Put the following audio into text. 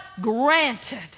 granted